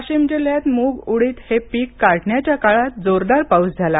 वाशिम जिल्ह्यात मुंग उडीद हे पीक काढण्याच्या काळात जोरदार पाऊस झाला